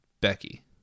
Becky